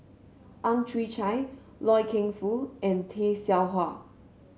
Ang Chwee Chai Loy Keng Foo and Tay Seow Huah